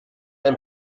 ein